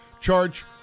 charge